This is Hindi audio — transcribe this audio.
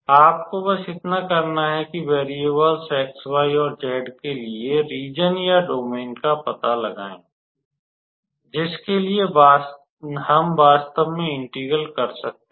आपको बस इतना करना है कि वेरिएबल्स x y और z के लिए रीज़न या डोमेन का पता लगाएं जिसके लिए हम वास्तव में इंटीग्रल कर सकते हैं